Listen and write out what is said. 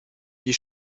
wie